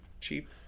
cheap